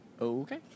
Okay